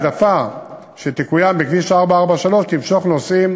העדפה שתקוים בכביש 443 תמשוך נוסעים